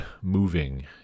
moving